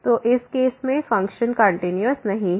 तो इस केस में फंक्शन कंटीन्यूअस नहीं है